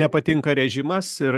nepatinka režimas ir